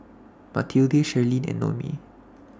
Matilde Sherlyn and Noemi